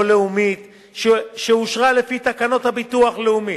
לאומית שאושרה לפי תקנות הביטוח הלאומי